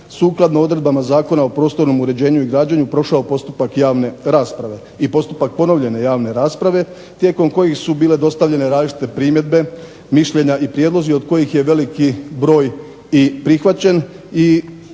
sukladno odredbama Zakona o prostornom uređenju i građenju prošao postupak javne rasprave i postupak ponovljene javne rasprave tijekom kojih su bile dostavljene različite primjedbe, mišljenja i prijedlozi od kojih je veliki broj i prihvaćen i sadržan